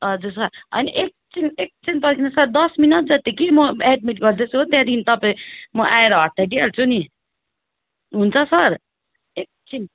हजुर सर होइन एकछिन एकछिन पर्खिनुहोस् न सर दस मिनट जति कि म एडमिट गर्दैछु हो त्यहाँदेखि तपाईँ म आएर हटाइदिइहाल्छु नि हुन्छ सर एकछिन